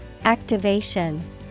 Activation